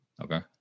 Okay